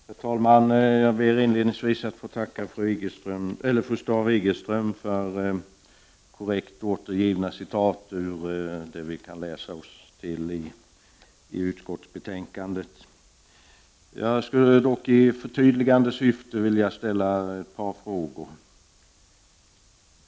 Herr talman! Jag ber inledningsvis att få tacka fru Staaf-Igelström för korrekt återgivna citat från det vi kan läsa oss till i utskottsbetänkandet. Jag skulle dock i förtydligande syfte vilja ställa ett par frågor.